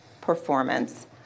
performance